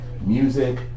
music